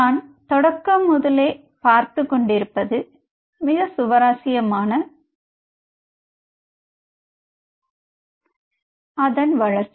நான் தொடக்கம் முதலே பார்த்துக்கொண்டிருப்பது மிக சுவராசியமான அதன் வளர்ச்சி